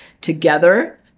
together